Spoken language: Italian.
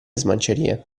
smancerie